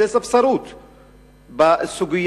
זה ספסרות בסוגיה,